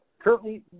currently